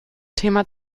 thema